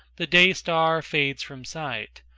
the day-star fades from sight,